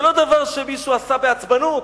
זה לא דבר שמישהו עשה בעצבנות,